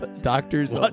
Doctors